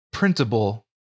Printable